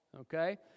okay